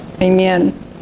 amen